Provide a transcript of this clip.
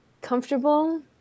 comfortable